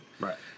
Right